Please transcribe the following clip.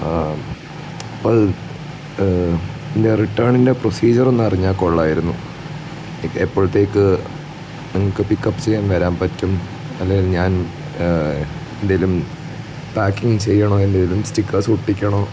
അപ്പോൾ റിട്ടേണിൻ്റെ പ്രൊസീജിയർ ഒന്ന് അറിഞ്ഞാൽ കൊള്ളാമായിരുന്നു എപ്പോഴത്തേക്ക് നിങ്ങക്ക് പിക്കപ്പ് ചെയ്യാൻ വരാൻ പറ്റും അല്ലേൽ ഞാൻ എന്തേലും പാക്കിംഗ് ചെയ്യണോ എന്തേലും സ്റ്റിക്കേഴ്സ് ഒട്ടിക്കണോ